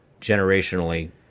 generationally